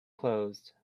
closed